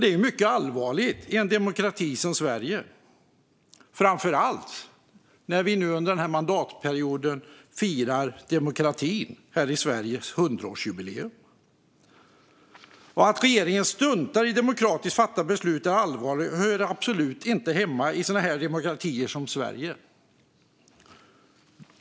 Det är mycket allvarligt i en demokrati som vår, framför allt då vi under den här mandatperioden firar 100-årsjubileum för demokratin här i Sverige. Att regeringen struntar i demokratiskt fattade beslut är allvarligt och hör absolut inte hemma i demokratier som Sverige.